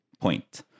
point